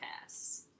pass